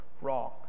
wrong